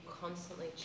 constantly